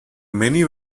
many